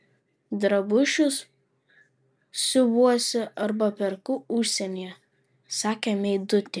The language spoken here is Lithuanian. drabužius siuvuosi arba perku užsienyje sakė meidutė